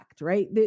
right